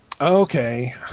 Okay